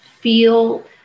feel